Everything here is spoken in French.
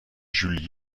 jules